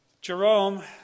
Jerome